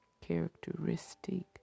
characteristic